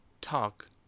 Talk